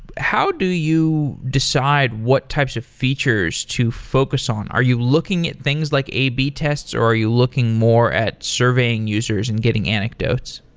how do you decide what types of features to focus on? are you looking at things like a b tests, or are you looking more at surveying users and getting anecdotes?